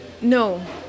No